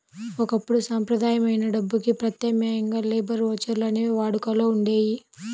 ఒకప్పుడు సంప్రదాయమైన డబ్బుకి ప్రత్యామ్నాయంగా లేబర్ ఓచర్లు అనేవి వాడుకలో ఉండేయి